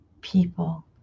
people